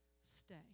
Stay